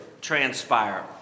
transpire